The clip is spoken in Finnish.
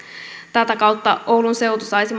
tätä kautta oulun seutu saisi